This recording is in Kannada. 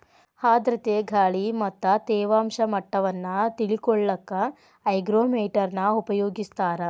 ಆರ್ಧ್ರತೆ ಗಾಳಿ ಮತ್ತ ತೇವಾಂಶ ಮಟ್ಟವನ್ನ ತಿಳಿಕೊಳ್ಳಕ್ಕ ಹೈಗ್ರೋಮೇಟರ್ ನ ಉಪಯೋಗಿಸ್ತಾರ